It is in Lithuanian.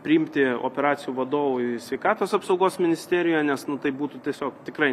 priimti operacijų vadovui sveikatos apsaugos ministerijoje nes tai būtų tiesiog tikrai